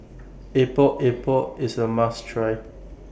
Epok Epok IS A must Try